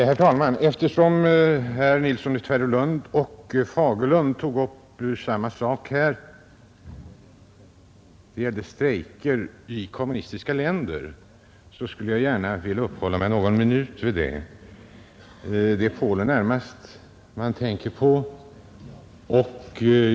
Herr talman! Eftersom herr Nilsson i Tvärålund och herr Fagerlund tog upp samma sak — strejker i kommunistiska länder — skulle jag gärna vilja uppehålla mig någon minut vid den frågan. Det är väl närmast Polen man tänker på.